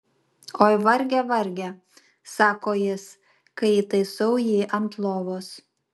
oi varge varge sako jis kai įtaisau jį ant lovos